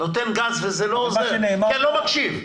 נותן גז וזה לא עוזר כי אני לא מקשיב.